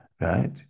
right